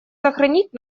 сохранять